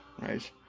Right